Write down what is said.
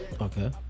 Okay